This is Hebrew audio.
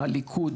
הליכוד.